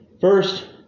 first